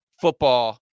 Football